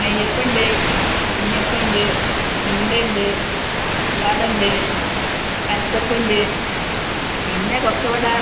നെയ്യപ്പം ഉണ്ട് ഉണ്ണിയപ്പം ഉണ്ട് ഉണ്ടയുണ്ട് പൂവാട ഉണ്ട് കൽത്തപ്പം ഉണ്ട് പിന്നെ കൊക്കവട